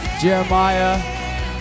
Jeremiah